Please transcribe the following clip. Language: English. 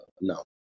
no